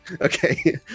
Okay